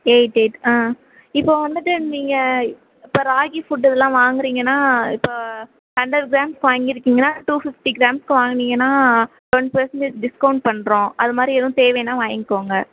eight eight ஆ இப்போது வந்துட்டு நீங்கள் இப்போ ராகி ஃபுட் இதெலாம் வாங்குறீங்கனால் இப்போ ஹண்ரெட் கிராம்ஸுக்கு வாங்கியிருக்கீங்கனா டூ ஃபிஃப்டி கிராம்ஸுக்கு வாங்கினீங்கனா ஒன் பர்சென்டேஜ் டிஸ்கௌண்ட் பண்ணுறோம் அது மாதிரி எதுவும் தேவைன்னால் வாங்கிக்கோங்க